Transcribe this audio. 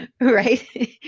Right